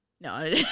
No